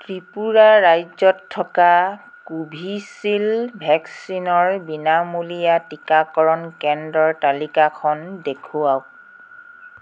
ত্ৰিপুৰা ৰাজ্যত থকা কোভিচিল্ড ভেক্সিনৰ বিনামূলীয়া টীকাকৰণ কেন্দ্ৰৰ তালিকাখন দেখুৱাওক